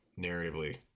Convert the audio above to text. narratively